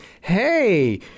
hey